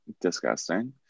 disgusting